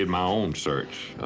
my own search